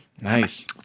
Nice